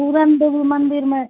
पूरण देवी मन्दिरमे